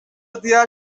diğer